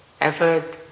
effort